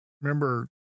remember